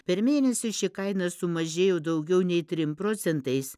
per mėnesį ši kaina sumažėjo daugiau nei trim procentais